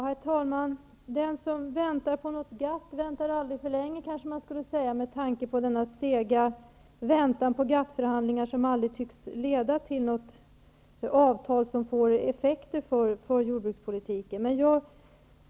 Herr talman! Den som väntar på något GATT väntar aldrig för länge, kanske man skulle säga, med tanke på denna sega väntan på GATT förhandlingar som aldrig tycks leda till något avtal som får effekter för jordbrukspolitiken.